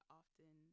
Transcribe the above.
often